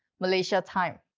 malaysia time.